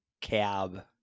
cab